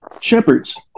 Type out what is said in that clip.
shepherds